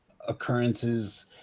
occurrences